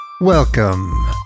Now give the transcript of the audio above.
welcome